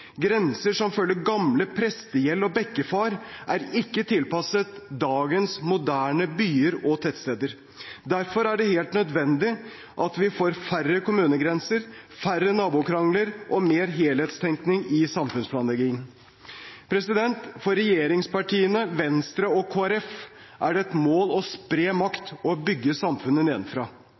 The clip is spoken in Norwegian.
Grenser som følger gamle prestegjeld og bekkefar, er ikke tilpasset dagens moderne byer og tettsteder. Derfor er det helt nødvendig at vi får færre kommunegrenser, færre nabokrangler og mer helhetstenkning i samfunnsplanleggingen. For regjeringspartiene, Venstre og Kristelig Folkeparti er det et mål å spre makt og å bygge samfunnet nedenfra.